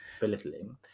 belittling